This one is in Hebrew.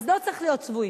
אז לא צריך להיות צבועים.